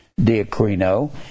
diacrino